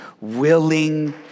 Willing